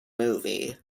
movie